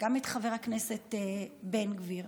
וגם את חבר הכנסת בן גביר,